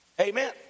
Amen